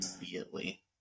immediately